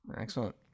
Excellent